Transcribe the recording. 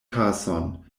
tason